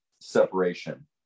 separation